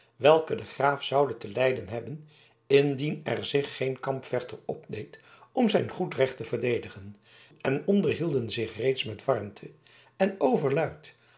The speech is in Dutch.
welke de graaf zoude te lijden hebben indien er zich geen kampvechter opdeed om zijn goed recht te verdedigen en onderhielden zich reeds met warmte en overluid